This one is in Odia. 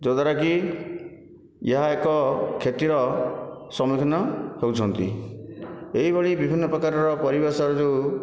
ଯଦ୍ୱାରା କି ଏହା ଏକ କ୍ଷତିର ସମ୍ମୁଖୀନ ହେଉଛନ୍ତି ଏହିଭଳି ବିଭିନ୍ନ ପ୍ରକାର ପରିବେଶ ଯେଉଁ